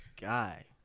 guy